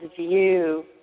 view